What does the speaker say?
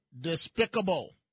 despicable